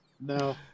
no